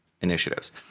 initiatives